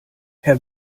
herr